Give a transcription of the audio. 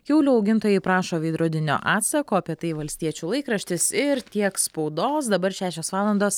kiaulių augintojai prašo veidrodinio atsako apie tai valstiečių laikraštis ir tiek spaudos dabar šešios valandos